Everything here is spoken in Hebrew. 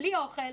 בלי אוכל,